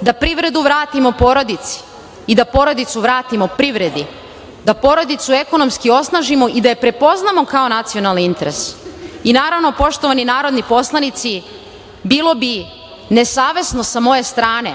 da privredu vratimo porodici i da porodicu vratimo privredi, da porodicu ekonomski osnažimo i da je prepoznamo kao nacionalni interes. Naravno, poštovani narodni poslanici, bilo bi nesavesno sa moje strane,